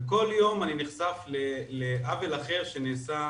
וכל יום אני נחשף לעוול אחר שנעשה